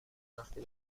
وقتی